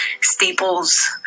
staples